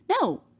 no